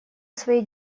своей